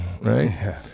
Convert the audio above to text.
Right